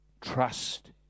trust